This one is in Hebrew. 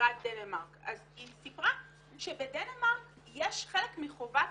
שגרירת דנמרק והיא סיפרה שבדנמרק יש חלק מחובת